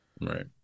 Right